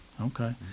Okay